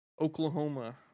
Oklahoma